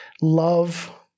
love